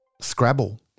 Scrabble